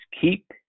keep